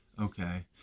Okay